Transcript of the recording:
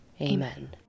Amen